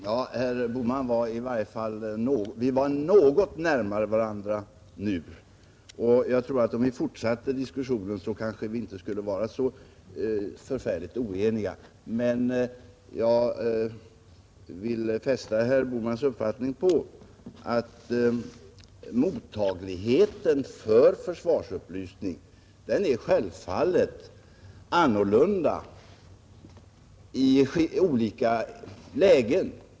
Herr talman! Herr Bohman och jag står i varje fall något närmare varandra nu än när vi började diskussionen. Om vi fortsatte diskussionen skulle vi kanske till slut inte vara så förfärligt oeniga. Jag vill fästa herr Bohmans uppmärksamhet på att mottagligheten för försvarsupplysning självfallet inte är densamma i alla lägen.